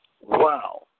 Wow